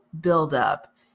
buildup